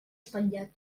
espatllat